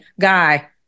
guy